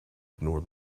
ignore